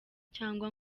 cyangwa